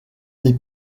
des